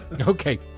Okay